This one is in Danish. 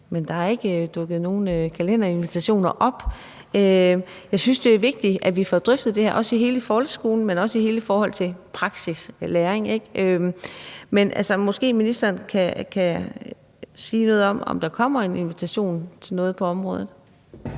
Men der ikke dukker nogen kalenderinvitationer op. Jeg synes, det er vigtigt, at vi får drøftet det her, både i hele folkeskolen, men også i forhold til hele den praktiske læring, ikke? Men måske kan ministeren sige noget om, om der kommer en invitation til noget på området.